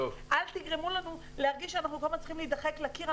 אל תגרמו לנו להרגיש שאנחנו כל הזמן צריכים להידחק לקיר.